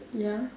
ya